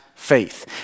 faith